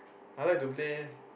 I like to play